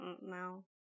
No